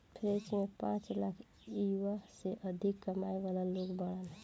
French में पांच lakh euro से अधिक कमाए वाला लोग बाड़न